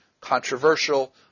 controversial